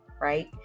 right